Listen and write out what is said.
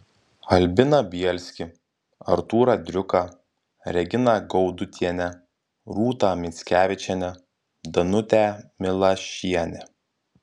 albiną bielskį artūrą driuką reginą gaudutienę rūtą mickevičienę danutę milašienę